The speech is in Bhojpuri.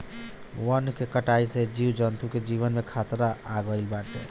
वन के कटाई से जीव जंतु के जीवन पे खतरा आगईल बाटे